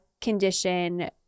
condition